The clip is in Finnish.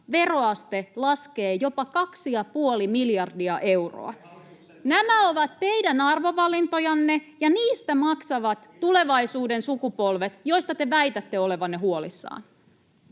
Ai hallituksen toimilla?] Nämä ovat teidän arvovalintojanne, ja niistä maksavat tulevaisuuden sukupolvet, joista te väitätte olevanne huolissanne.